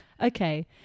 Okay